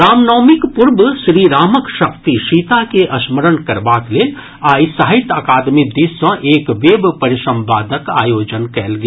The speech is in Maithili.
रामनवमीक पूर्व श्रीरामक शक्ति सीता के स्मरण करबाक लेल आइ साहित्य अकादमी दिस सँ एक वेब परिसंवादक आयोजन कयल गेल